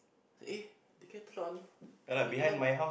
eh Decathlon Decathlon